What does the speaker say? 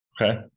Okay